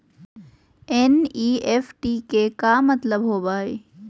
NEFT के का मतलव होव हई?